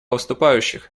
выступающих